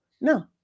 No